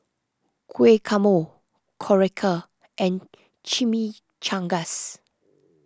Guacamole Korokke and Chimichangas